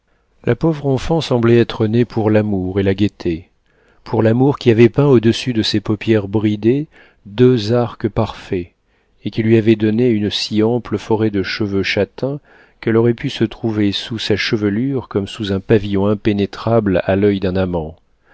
la pauvre enfant semblait être née pour l'amour et la gaieté pour l'amour qui avait peint au-dessus de ses paupières bridées deux arcs parfaits et qui lui avait donné une si ample forêt de cheveux châtains qu'elle aurait pu se trouver sous sa chevelure comme sous un pavillon impénétrable à l'oeil d'un amant